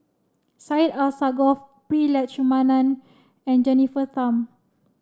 Syed Alsagoff Prema Letchumanan and Jennifer Tham